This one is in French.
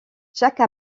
chaque